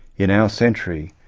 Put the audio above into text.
in our century,